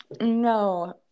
no